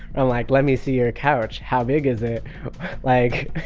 um like, let me see your couch. how big is ah like